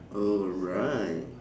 alright